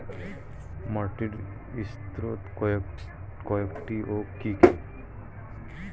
মাটির স্তর কয়টি ও কি কি?